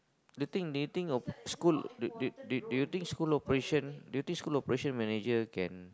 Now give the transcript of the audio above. the thing they think of school they they they think they think school operation they think school operation manager can